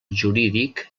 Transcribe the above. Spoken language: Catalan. jurídic